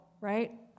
right